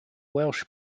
welsh